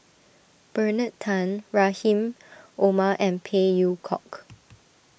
Bernard Tan Rahim Omar and Phey Yew Kok